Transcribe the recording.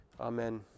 Amen